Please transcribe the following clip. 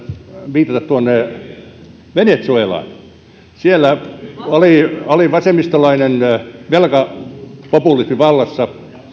viitata venezuelaan siellä oli vasemmistolainen velkapopulismi vallassa